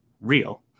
real